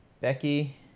Becky